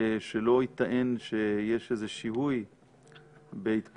שלא ייטען שיש איזה שיהוי בהתפטרותי.